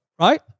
right